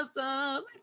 awesome